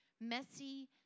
messy